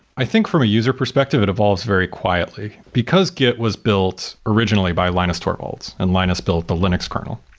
i think from a user perspective, it evolves very quietly. because git was built originally by linus torvalds and linus built the linux kernel,